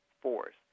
force